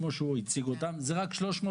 כמו שהוא הציג אותם - זה רק 300,